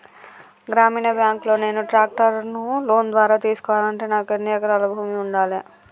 గ్రామీణ బ్యాంక్ లో నేను ట్రాక్టర్ను లోన్ ద్వారా తీసుకోవాలంటే నాకు ఎన్ని ఎకరాల భూమి ఉండాలే?